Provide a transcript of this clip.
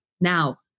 Now